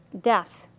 death